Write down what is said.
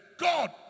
God